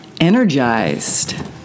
Energized